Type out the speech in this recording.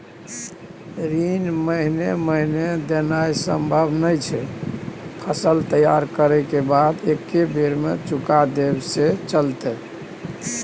ऋण महीने महीने देनाय सम्भव नय छै, फसल तैयार करै के बाद एक्कै बेर में चुका देब से चलते?